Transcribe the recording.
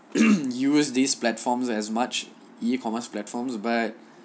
use these platforms as much e commerce platforms but